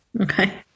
Okay